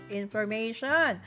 information